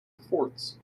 forts